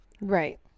Right